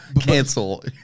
cancel